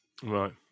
Right